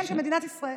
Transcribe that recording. כן, של מדינת ישראל.